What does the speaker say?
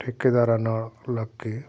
ਠੇਕੇਦਾਰਾਂ ਨਾਲ ਲੱਗ ਕੇ